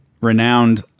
renowned